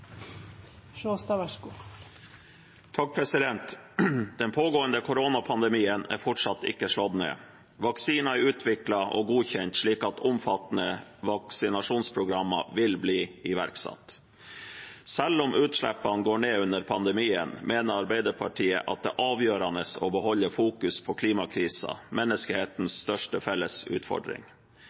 og godkjent slik at omfattende vaksinasjonsprogrammer vil bli iverksatt. Selv om utslippene går ned under pandemien, mener Arbeiderpartiet det er avgjørende å beholde fokuset på klimakrisen, menneskehetens største felles utfordring.